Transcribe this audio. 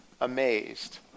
amazed